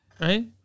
right